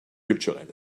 culturel